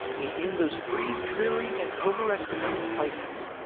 me in those three dreary and over-estimated places.